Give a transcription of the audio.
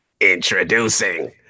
Introducing